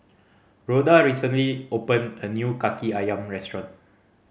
Rhoda recently opened a new Kaki Ayam restaurant